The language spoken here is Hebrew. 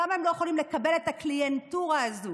למה הם לא יכולים לקבל את הקליינטורה הזו?